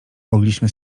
mogliśmy